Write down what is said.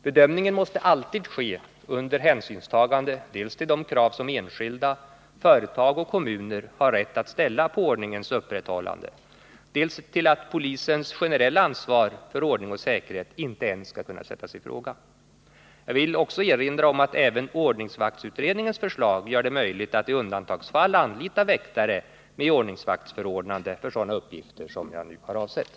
Bedömningen måste alltid ske under hänsynstagande dels till de krav som enskilda, företag och kommuner har rätt att ställa på ordningens upprätthållande, dels till att polisens generella ansvar för ordning och säkerhet inte ens skall kunna sättas i fråga. Jag vill också erinra om att även ordningsvaktsutredningens förslag gör det möjligt att i undantagsfall anlita väktare med ordningsvaktsförordnande för sådana uppgifter som jag nu talat om.